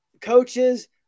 coaches